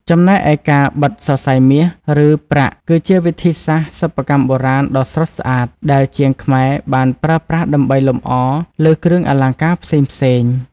ចំំណែកឯការបិតសរសៃមាស ឬ ប្រាក់គឺជាវិធីសាស្ត្រសិប្បកម្មបុរាណដ៏ស្រស់ស្អាតដែលជាងខ្មែរបានប្រើប្រាស់ដើម្បីលម្អលើគ្រឿងអលង្ការផ្សេងៗ។